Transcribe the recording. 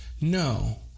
No